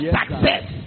success